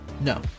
No